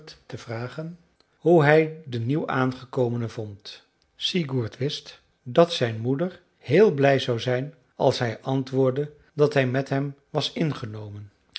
te vragen hoe hij den nieuwaangekomene vond sigurd wist dat zijn moeder heel blij zou zijn als hij antwoordde dat hij met hem was ingenomen